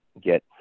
get